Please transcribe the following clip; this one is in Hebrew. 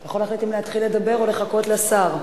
אתה יכול להחליט אם להתחיל לדבר או לחכות לשר.